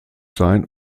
sein